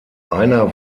einer